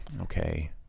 Okay